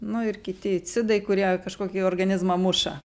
nu ir kiti cidai kurie kažkokį organizmą muša